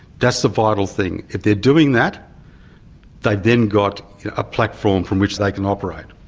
that's the vital thing. if they're doing that they've then got a platform from which they can operate.